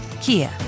Kia